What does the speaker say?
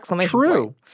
True